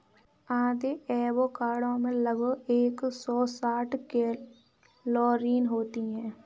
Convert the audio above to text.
आधे एवोकाडो में लगभग एक सौ साठ कैलोरी होती है